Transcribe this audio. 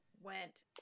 went